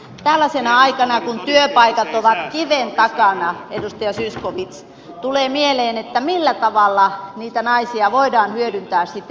tällaisena aikana kun työpaikat ovat kiven takana edustaja zyskowicz tulee mieleen että millä tavalla niitä naisia voidaan hyödyntää sitten työmarkkinoilla